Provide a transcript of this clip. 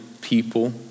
people